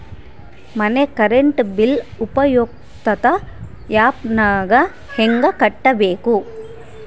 ಮನೆ current bill ಉಪಯುಕ್ತತೆ app ನಾಗ ಹೆಂಗ ಕಟ್ಟಬೇಕು?